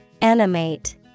Animate